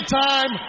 time